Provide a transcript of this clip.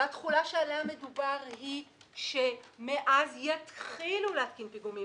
והתחולה שעליה מדובר היא שמאז יתחילו להתקין פיגומים,